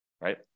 right